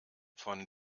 von